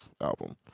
album